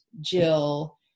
Jill